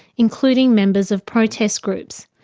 including members of protest groups,